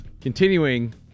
Continuing